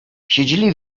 siedzieli